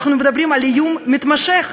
אנחנו מדברים על איום מתמשך.